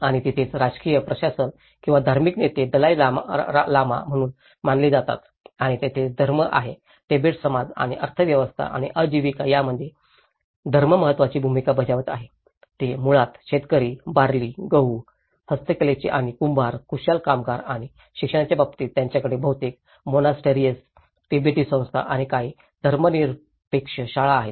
आणि तिथेच राजकीय प्रशासन जिथे धार्मिक नेते दलाई लामा म्हणून मानले जातात आणि तेथेही धर्म आहे तिबेट समाज आणि अर्थव्यवस्था आणि आजीविका यामध्ये धर्म महत्त्वाची भूमिका बजावत आहे ते मुळात शेतकरी बार्ली गहू हस्तकलेचे आणि कुंभार कुशल कामगार आणि शिक्षणाच्या बाबतीत त्यांच्याकडे बहुतेक मोनास्टरीएस तिबेटी संस्था आणि काही धर्मनिरपेक्ष शाळा आहेत